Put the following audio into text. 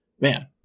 man